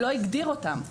לא הגדיר אותם.